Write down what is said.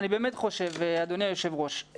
אדוני היושב-ראש,